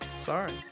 sorry